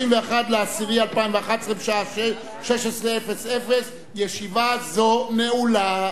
31 באוקטובר 2011, בשעה 16:00. ישיבה זו נעולה.